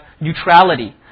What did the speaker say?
neutrality